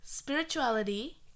Spirituality